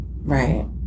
Right